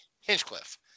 Hinchcliffe